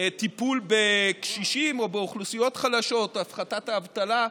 טיפול בקשישים או באוכלוסיות חלשות, הפחתת האבטלה.